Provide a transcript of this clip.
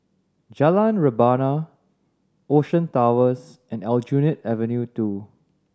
Jalan Rebana Ocean Towers and Aljunied Avenue Two